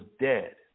dead